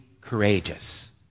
courageous